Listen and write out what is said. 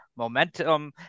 momentum